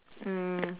mm